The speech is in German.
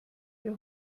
hier